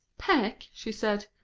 peck? she said.